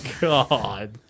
God